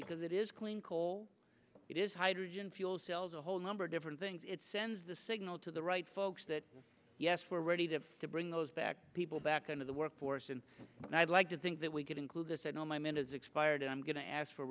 because it is clean coal it is hydrogen fuel cells a whole number of different things it sends the signal to the right folks that yes we're ready to bring those back people back into the workforce and i'd like to think that we could include this at all my man has expired and i'm going to ask for